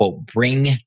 bring